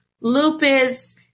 lupus